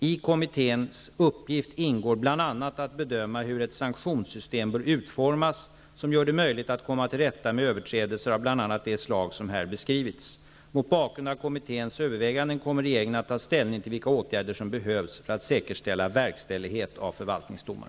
I kommitténs uppgift ingår bl.a. att bedöma hur ett sanktionssystem bör utformas som gör det möjligt att komma till rätta med överträdelser av bl.a. det slag som här beskrivits. Mot bakgrund av kommitténs överväganden kommer regeringen att ta ställning till vilka åtgärder som behövs för att säkerställa verkställighet av förvaltningsdomar.